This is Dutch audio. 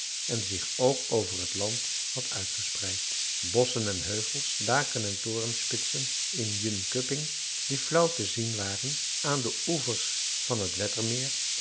en zich ook over het land had uitgespreid bosschen en heuvels daken en torenspitsen in jönköping die flauw te zien waren aan de oevers van het